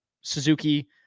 Suzuki